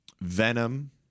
Venom